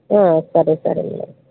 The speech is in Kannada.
ಹಾಂ ಸರಿ ಸರಿ ಮೇಡಮ್